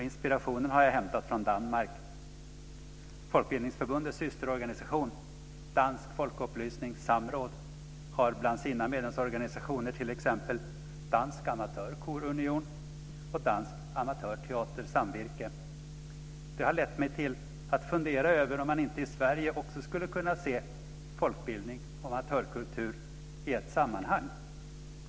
Inspirationen har jag hämtat från Danmark. Folkbildningsförbundets systerorganisation Dansk Folkeoplysnings Samråd har bland sina medlemsorganisationer t.ex. Dansk AmatørKor Union och Dansk Amatør Teater Samvirke. Det har lett mig till att fundera över om man inte i Sverige skulle kunna se folkbildning och amatörkultur i ett sammanhang.